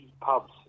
pubs